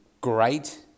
great